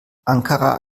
ankara